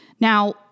Now